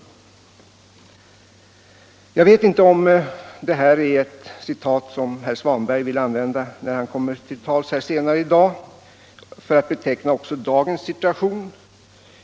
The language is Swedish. Jag vet inte om herr Svanberg anser att detta citat är användbart även för att beteckna dagens situation.